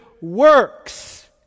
works